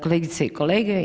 Kolegice i kolege.